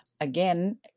Again